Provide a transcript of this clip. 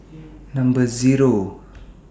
Number Zero